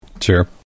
sure